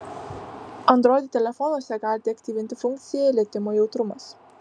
android telefonuose galite aktyvinti funkciją lietimo jautrumas